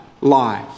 life